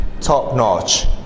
top-notch